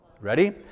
ready